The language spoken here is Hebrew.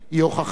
היא הוכחה